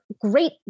great